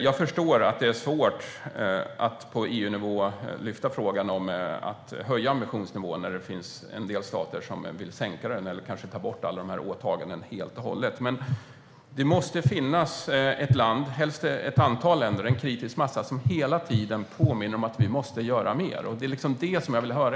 Jag förstår att det är svårt att på EU-nivå lyfta frågan om att höja ambitionsnivån när det finns en del stater som vill sänka den eller kanske ta bort alla dessa åtaganden helt och hållet. Det måste dock finnas ett land eller helst ett antal länder, en kritisk massa, som hela tiden påminner om att vi måste göra mer. Det är det jag vill höra.